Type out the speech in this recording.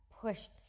pushed